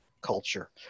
culture